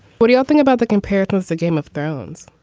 but do you think about the comparatives, the game of thrones?